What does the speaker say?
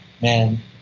man